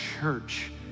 church